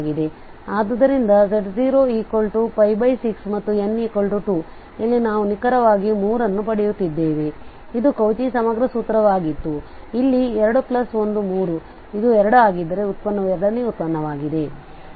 ಆದ್ದರಿಂದ z06 ಮತ್ತು n2 ಇಲ್ಲಿ ನಾವು ನಿಖರವಾಗಿ 3 ಅನ್ನು ಪಡೆಯುತ್ತಿದ್ದೇವೆ ಆದ್ದರಿಂದ ಇದು ಕೌಚಿ ಸಮಗ್ರ ಸೂತ್ರವಾಗಿತ್ತುCauchy integral formula ಇಲ್ಲಿ 213 ಇದು 2 ಆಗಿದ್ದರೆ ಉತ್ಪನ್ನವು ಎರಡನೇ ಉತ್ಪನ್ನವಾಗಿದೆsecond derivative